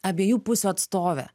abiejų pusių atstovė